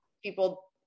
People